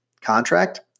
Contract